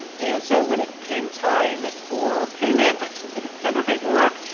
and and so when it came time for payment, i submitted the vendor paperwork.